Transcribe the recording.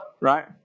right